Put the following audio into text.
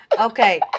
Okay